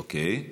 אוקיי.